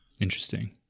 Interesting